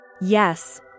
Yes